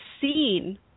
seen